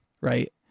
Right